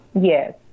Yes